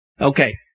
Okay